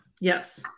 yes